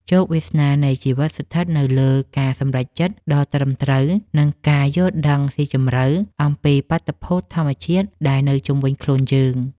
ជោគវាសនានៃជីវិតស្ថិតនៅលើការសម្រេចចិត្តដ៏ត្រឹមត្រូវ និងការយល់ដឹងស៊ីជម្រៅអំពីបាតុភូតធម្មជាតិដែលនៅជុំវិញខ្លួនយើង។